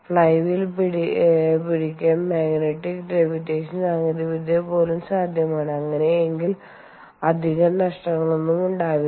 fly wheel പിടിക്കാൻ magnetic levitation സാങ്കേതികവിദ്യ പോലും സാധ്യമാണ് അങ്ങനെയെങ്കിൽ അധികം നഷ്ടങ്ങളൊന്നും ഉണ്ടാകില്ല